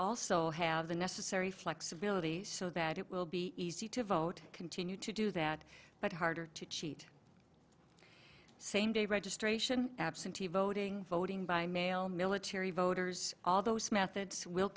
also have the necessary flexibility so that it will be easy to vote continue to do that but harder to cheat same day registration absentee voting voting by mail military voters all those methods will